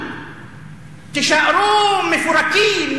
תישארו מפורקים,